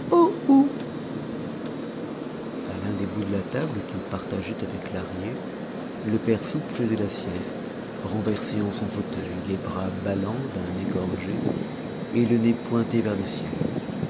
l'un des bouts de la table qu'il partageait avec lahrier le père soupe faisait la sieste renversé en son fauteuil les bras ballants d'un égorgé et le nez pointé vers le ciel